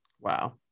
Wow